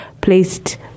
placed